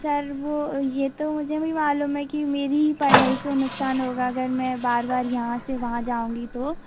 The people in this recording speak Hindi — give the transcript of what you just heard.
सर वो ये तो मुझे भी मालूम है कि मेरी ही पढ़ाई का नुक़सान होगा अगर मैं बार बार यहाँ से वहाँ जाऊँगी तो